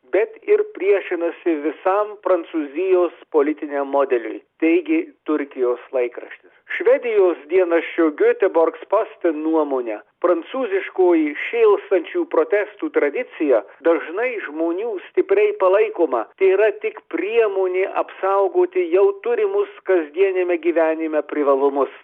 bet ir priešinasi visam prancūzijos politiniam modeliui teigė turkijos laikraštis švedijos dienraščio gioteburgs poste nuomone prancūziškoji šėlstančių protestų tradicija dažnai žmonių stipriai palaikoma tėra tik priemonė apsaugoti jau turimus kasdieniame gyvenime privalumus